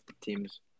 teams